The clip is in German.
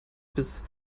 bis